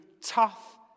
tough